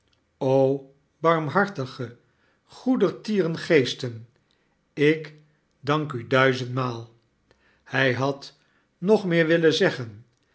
o bannhartige goedertieren geesten ik dank u duizendmaal hij had nog meer willen zeggen